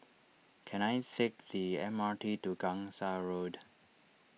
can I fake the M R T to Gangsa Road